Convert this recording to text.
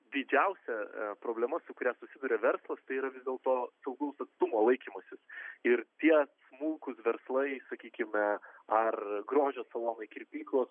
didžiausia problema su kuria susiduria verslas tai yra vis dėlto saugaus atstumo laikymasis ir tie smulkūs verslai sakykime ar grožio salonai kirpyklos